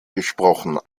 gesprochen